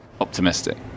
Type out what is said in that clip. optimistic